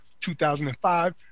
2005